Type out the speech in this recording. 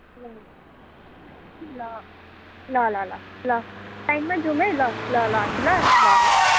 ल ल ल ल ल ल टाइममै जाउँ है ल ल राखेँ ल ल ल